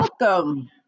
Welcome